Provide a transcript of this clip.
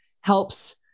helps